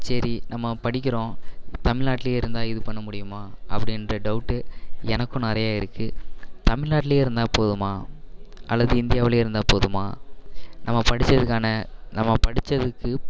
சரி நம்ம படிக்கிறோம் தமிழ்நாட்டுலேயே இருந்தால் இது பண்ண முடியுமா அப்படின்ற டவுட்டு எனக்கும் நிறையா இருக்குது தமிழ்நாட்டுலேயே இருந்தால் போதுமா அல்லது இந்தியாவுலேயே இருந்தால் போதுமா நம்ம படித்ததுக்கான நம்ம படித்ததுக்கு